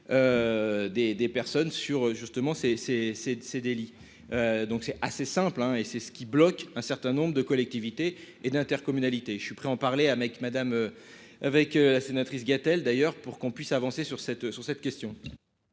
ces ces, ces, ces délits, donc c'est assez simple, hein, et c'est ce qui bloque un certain nombre de collectivités et de l'intercommunalité et je suis prêt à en parler avec Madame, avec la sénatrice Gatel d'ailleurs pour qu'on puisse avancer sur cette sur